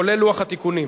כולל לוח התיקונים.